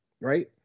right